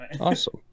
Awesome